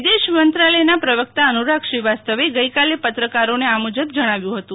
વિદેશ મંત્રાલયનાં પ્રવક્તા અનુરાગ શ્રી વાસ્તવે ગઈકાલે પત્રકારોને આ મુજબ જણાવ્યું હતું